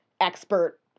expert